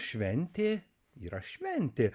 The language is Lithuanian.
šventė yra šventė